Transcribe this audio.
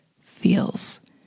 feels